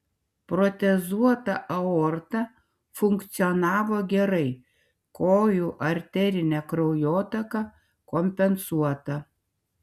protezuota aorta funkcionavo gerai kojų arterinė kraujotaka kompensuota